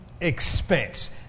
expense